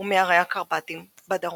ומהרי הקרפטים בדרום.